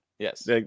Yes